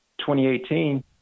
2018